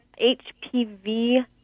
HPV